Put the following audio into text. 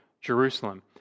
Jerusalem